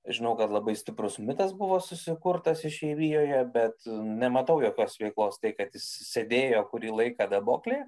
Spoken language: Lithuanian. žinau kad labai stiprus mitas buvo susikurtas išeivijoje bet nematau jokios veikos tai kad jis sėdėjo kurį laiką daboklėje